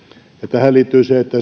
tähän liittyy se että